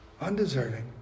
undeserving